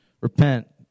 repent